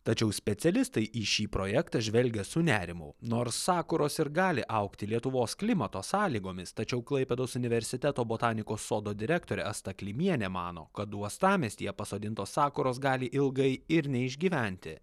tačiau specialistai į šį projektą žvelgia su nerimu nors sakuros ir gali augti lietuvos klimato sąlygomis tačiau klaipėdos universiteto botanikos sodo direktorė asta klimienė mano kad uostamiestyje pasodintos sakuros gali ilgai ir neišgyventi